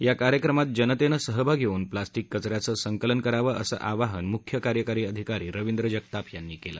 या कार्यक्रमात जनतेनं सहभागी होऊन प्लास्टिक कचऱ्याचे संकलन करावं असं आवाहन मुख्य कार्यकारी अधिकारी रविंद्र जगताप यांनी केलं